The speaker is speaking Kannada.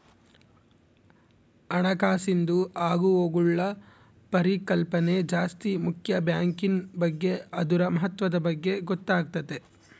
ಹಣಕಾಸಿಂದು ಆಗುಹೋಗ್ಗುಳ ಪರಿಕಲ್ಪನೆ ಜಾಸ್ತಿ ಮುಕ್ಯ ಬ್ಯಾಂಕಿನ್ ಬಗ್ಗೆ ಅದುರ ಮಹತ್ವದ ಬಗ್ಗೆ ಗೊತ್ತಾತತೆ